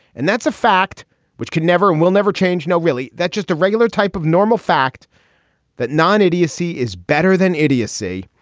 and that's a fact which can never and will never change. no, really, that just a regular type of normal fact that non idiocy is better than idiocy.